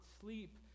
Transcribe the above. sleep